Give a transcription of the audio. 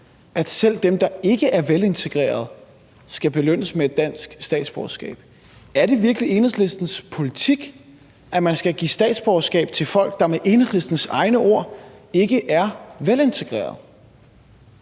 at selv dem, der ikke er velintegrerede, skal belønnes med et dansk statsborgerskab. Er det virkelig Enhedslistens politik, at man skal give statsborgerskab til folk, der med Enhedslistens egne ord ikke er velintegrerede?